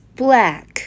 black